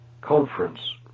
conference